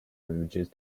images